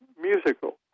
musical